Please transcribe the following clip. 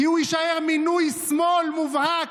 כי הוא יישאר מינוי שמאל מובהק,